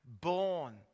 born